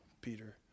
Peter